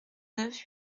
neuf